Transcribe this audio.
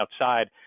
outside